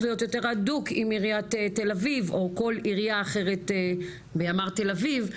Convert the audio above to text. להיות יותר הדוק עם עיריית תל אביב או כל עירייה אחרת בימ"ר תל אביב.